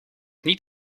niet